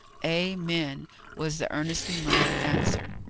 amen! was the earnestly murmured answer.